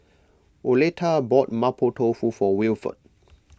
Oleta bought Mapo Tofu for Wilford